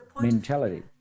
mentality